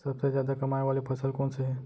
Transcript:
सबसे जादा कमाए वाले फसल कोन से हे?